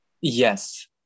Yes